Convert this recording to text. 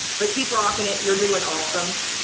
but keep rocking it you're doing awesome!